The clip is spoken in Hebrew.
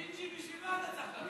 ג'ינג'י, בשביל מה אתה צריך